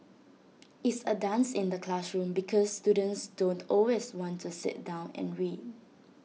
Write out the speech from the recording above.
it's A dance in the classroom because students don't always want to sit down and read